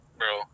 bro